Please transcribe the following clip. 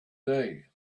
day